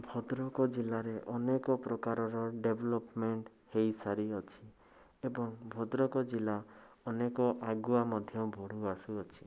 ଭଦ୍ରକ ଜିଲ୍ଲାରେ ଅନେକ ପ୍ରକାରର ଡ଼େଭଲପମେଣ୍ଟ ହେଇ ସାରିଅଛି ଏବଂ ଭଦ୍ରକ ଜିଲ୍ଲା ଅନେକ ଆଗୁଆ ମଧ୍ୟ ବଢ଼ି ଆସୁଅଛି